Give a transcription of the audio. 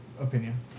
opinion